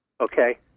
okay